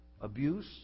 abuse